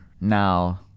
now